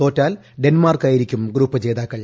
തോറ്റാൽ Denmark ആയിരിക്കും group ജേതാക്കൾ